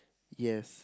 yes